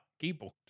keyboard